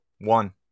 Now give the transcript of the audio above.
one